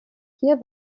hier